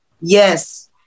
Yes